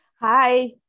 Hi